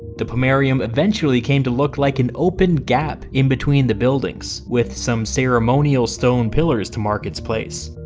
the pomerium eventually came to look like an open gap in between the buildings, with some ceremonial stone pillars to mark its place.